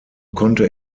konnte